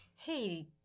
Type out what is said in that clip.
hey